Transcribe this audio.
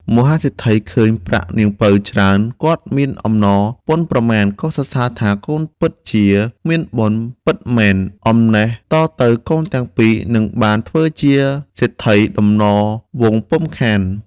មហាសេដ្ឋីឃើញប្រាក់នាងពៅច្រើន គាត់មានអំណរពន់ប្រមាណក៏សរសើរថាកូនពិតជាមានបុណ្យពិតមែន អំណះតទៅកូនទាំងពីរនឹងបានធ្វើជាសេដ្ឋីដំណវង្សពុំខាន។